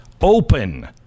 open